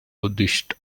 buddhist